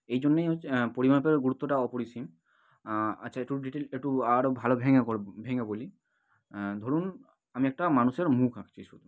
এই জন্যই হচ্ছে পরিমাপের গুরুত্বটা অপরিসীম আচ্ছা একটু ডিটেল একটু আরও ভালো ভেঙ্গে করবো ভেঙ্গে বলি ধরুন আমি একটা মানুষের মুখ আঁকছি শুধু